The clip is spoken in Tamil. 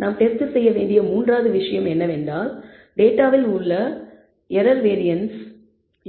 நாம் டெஸ்ட் செய்ய வேண்டிய மூன்றாவது விஷயம் என்னவென்றால் டேட்டாவில் உள்ள எரர் வேரியன்ஸ்கள்